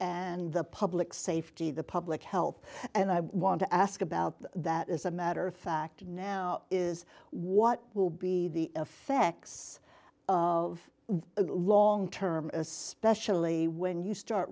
and the public safety the public health and i want to ask about that as a matter of fact now is what will be the effects of long term especially when you start